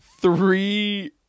three